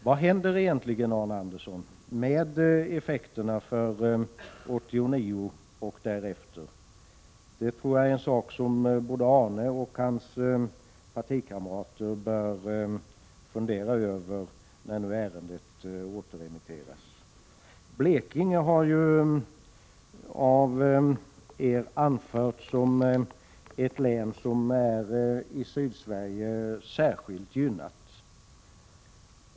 Vad händer egentligen, Arne Andersson, med”effekterna för 1989 och därefter? Det tror jag är en sak som både Arne Andersson och hans partikamrater bör fundera över när nu ärendet återremitteras. Blekinge har av er anförts som ett län som är i Sydsverige särskilt gynnat.